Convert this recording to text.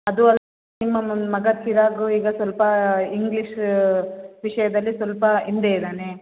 ಅದು ಅಲ್ಲ ನಿಮ್ಮ ಮಗ ಚಿರಾಗು ಈಗ ಸ್ವಲ್ಪ ಇಂಗ್ಲೀಷ ವಿಷಯದಲ್ಲಿ ಸ್ವಲ್ಪ ಹಿಂದೆ ಇದ್ದಾನೆ